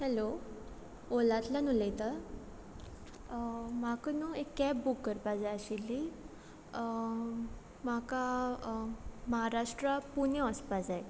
hello ओलांतल्यान उलयता म्हाका न्हू एक कॅब बूक करपा जाय आशिल्ली म्हाका म्हाराष्ट्रा पुने वचपा जाय